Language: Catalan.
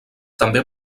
també